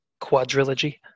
Quadrilogy